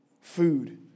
Food